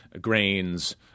grains